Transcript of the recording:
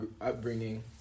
upbringing